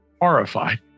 horrified